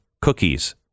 cookies